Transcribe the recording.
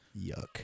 Yuck